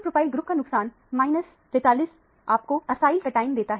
propyl group का नुकसान minus 43 आपको एसआईल कटआयन देता है